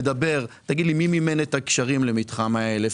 תגיד לי, מי מימן את הגשרים למתחם ה-1,000?